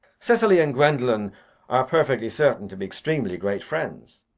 cecily and gwendolen are perfectly certain to be extremely great friends.